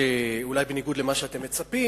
שאולי בניגוד למה שאתם מצפים,